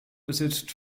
besitzt